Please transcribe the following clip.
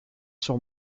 sur